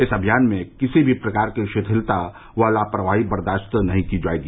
इस अभियान में किसी भी प्रकार की शिथिलता व लापरवाही बर्दाश्त नहीं की जायेगी